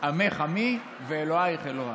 "עמך עמי ואלהיך אלהי".